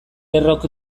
errok